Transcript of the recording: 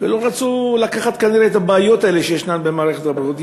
לא רצו כנראה לקחת את הבעיות האלה שיש במערכת הבריאות,